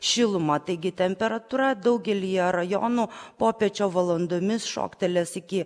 šilumą taigi temperatūra daugelyje rajonų popiečio valandomis šoktelės iki